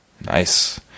Nice